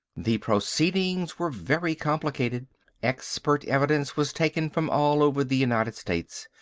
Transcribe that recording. the proceedings were very complicated expert evidence was taken from all over the united states.